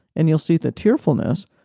and you'll see the tearfulness,